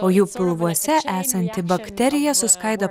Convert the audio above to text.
o jų pilvuose esanti bakterija suskaido